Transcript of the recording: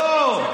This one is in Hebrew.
לא.